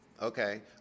Okay